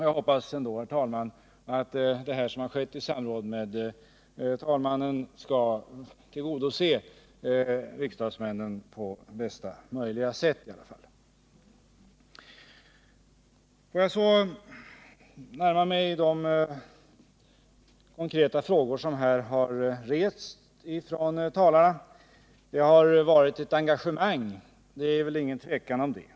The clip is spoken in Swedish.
Jag hoppas ändå att detta, som skett i samråd med talmannen, skall tillgodose riksdagsmännen på bästa möjliga sätt. Jag vill så närma mig de konkreta frågor som har ställts ifrån talarna. Det har varit ett engagemang — det är väl ingen tvekan om det.